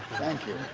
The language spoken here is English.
thank you